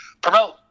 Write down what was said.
promote